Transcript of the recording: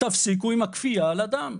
תפסיקו עם הכפייה על אדם.